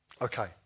okay